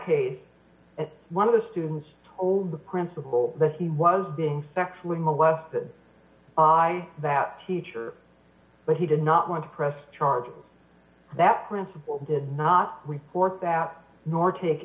case one of the students told the principal that he was being sexually molested by that teacher but he did not want to press charges that principal did not report that nor take